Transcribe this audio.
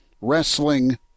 wrestling